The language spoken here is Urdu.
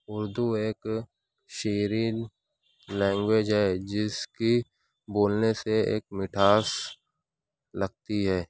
اردو ایک شیرین لینگویج ہے جس کی بولنے سے ایک مٹھاس لگتی ہے